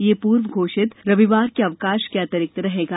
यह पूर्व घोषित रविवार के अवकाश के अतिरिक्त रहेगा